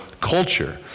culture